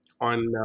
on